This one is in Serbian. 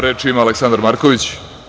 Reč ima Aleksandar Marković.